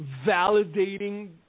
validating